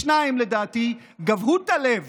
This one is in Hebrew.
שנית, לדעתי, גבהות הלב